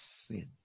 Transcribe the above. sin